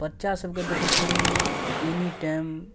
बच्चासभके देखै छी एनी टाइम